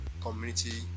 community